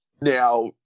Now